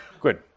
good